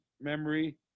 memory